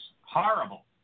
horrible